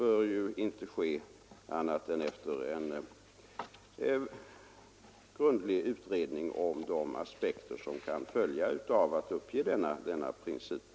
Det bör inte ske annat än efter en grundlig utredning om de konsekvenser som kan följa av att uppge denna principståndpunkt.